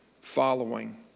following